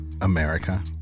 America